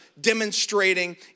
demonstrating